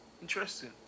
Interesting